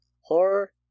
Horror